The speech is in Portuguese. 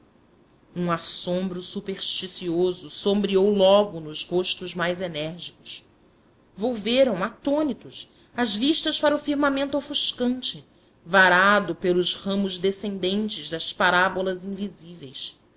um assombro supersticioso sombreou logo nos rostos mais enérgicos volveram atônitos as vistas para o firmamento ofuscante varado pelos ramos descendentes das parábolas invisíveis